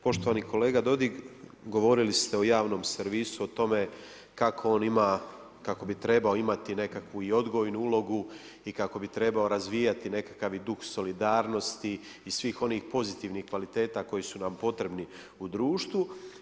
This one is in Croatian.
Poštovani kolega Dodig, govorili ste o javnom servisu, o tome kak on ima, kako bi trebao imati nekakvu i odgojnu ulogu i kako bi trebao razvijati nekakav i duh solidarnosti i svih onih pozitivnih kvaliteta koje su nam potrebne u društvu.